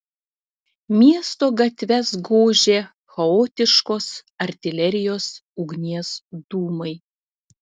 miesto gatves gožė chaotiškos artilerijos ugnies dūmai